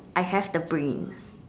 I have the brains